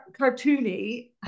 cartoony